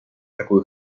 такую